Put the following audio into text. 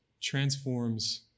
transforms